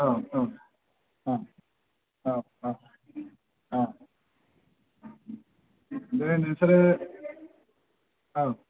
औ औ औ औ औ औ दे नोंसोरो औ